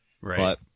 right